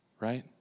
right